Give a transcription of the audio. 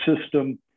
system